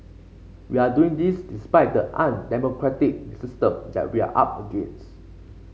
we are doing this despite the undemocratic system that we are up against